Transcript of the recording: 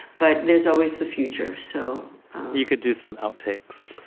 but there's always the future. so you could do some outtakes?